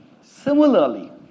similarly